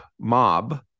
mob